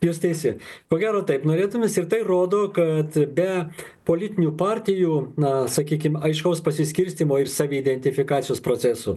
jūs teisi ko gero taip norėtum mes ir tai rodo kad be politinių partijų na sakykim aiškaus pasiskirstymo ir saviidentifikacijos procesų